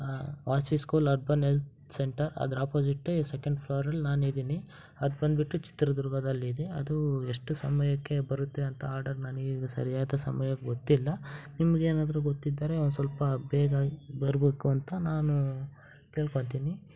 Vasavi school urban health centre ಅದರ ಅಪೋಸಿಟ್ಟೆ second ಫ್ಲೋರಲ್ಲಿ ನಾನಿದ್ದೀನಿ ಅದು ಬಂದುಬಿಟ್ಟು ಚಿತ್ರದುರ್ಗದಲ್ಲಿದೆ ಅದು ಎಷ್ಟು ಸಮಯಕ್ಕೆ ಬರುತ್ತೆ ಅಂತ ಆರ್ಡರ್ ನನಗೀಗ ಸರಿಯಾದ ಸಮಯ ಗೊತ್ತಿಲ್ಲ ನಿಮಗೇನಾದ್ರು ಗೊತ್ತಿದ್ದರೆ ಒಂದು ಸ್ವಲ್ಪ ಬೇಗ ಬರಬೇಕು ಅಂತ ನಾನು ಕೇಳ್ಕೊಳ್ತೀನಿ